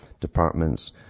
departments